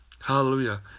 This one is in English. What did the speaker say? Hallelujah